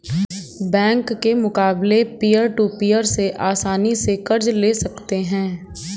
bank के मुकाबले peer to peer से आसनी से कर्ज ले सकते है